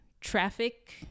traffic